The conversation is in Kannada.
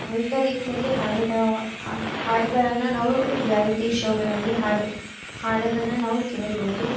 ವಿವಿಧ ರೀತಿಯಲ್ಲಿ ಹಾಡಿದ ಹಾಡುಗಳನ್ನು ನಾವು ರಿಯಾಲಿಟಿ ಶೋಗಳಲ್ಲಿ ಹಾಡು ಹಾಡೋದನ್ನು ನಾವು ಕೇಳ್ಬೋದು